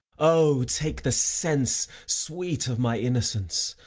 o, take the sense, sweet, of my innocence!